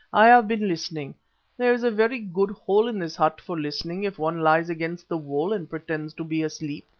i have been listening there is a very good hole in this hut for listening if one lies against the wall and pretends to be asleep.